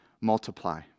multiply